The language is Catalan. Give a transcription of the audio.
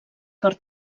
per